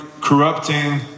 corrupting